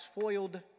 foiled